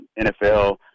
NFL